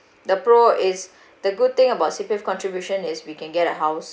the pro is the good thing about C_P_F contribution is we can get a house